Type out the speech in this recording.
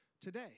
today